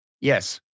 Yes